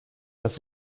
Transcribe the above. dass